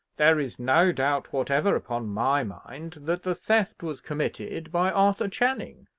there is no doubt whatever upon my mind, that the theft was committed by arthur channing.